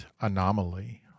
anomaly